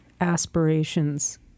aspirations